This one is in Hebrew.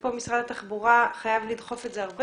כאן משרד התחבורה חייב לדחוף את זה הרבה